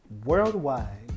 Worldwide